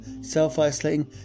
self-isolating